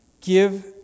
Give